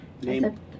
Name